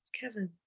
Kevin